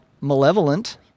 malevolent